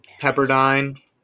Pepperdine